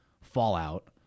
fallout